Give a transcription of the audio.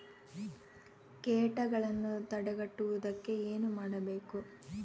ಕೇಟಗಳನ್ನು ತಡೆಗಟ್ಟುವುದಕ್ಕೆ ಏನು ಮಾಡಬೇಕು?